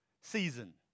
season